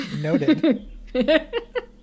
Noted